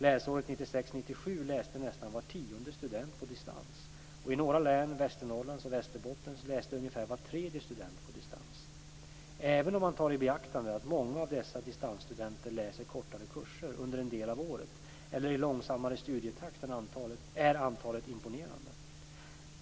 Läsåret 1996/97 läste nästan var tionde student på distans och i några län, Västernorrlands och Västerbottens län, läste ungefär var tredje student på distans. Även om man tar i beaktande att många av dessa distansstudenter läser kortare kurser under en del av året eller i långsammare studietakt är antalet imponerande.